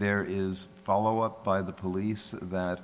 there is follow up by the police that